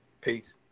Peace